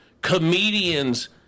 Comedians